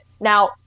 now